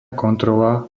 kontrola